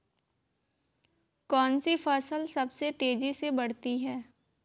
कौनसी फसल सबसे तेज़ी से बढ़ती है?